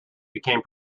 become